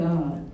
God